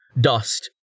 Dust